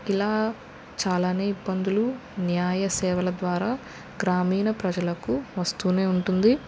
ఇలా చాలా ఇబ్బందులు న్యాయ సేవల ద్వారా గ్రామీణ ప్రజలకు వస్తు ఉంటుంది